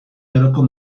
aroko